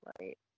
right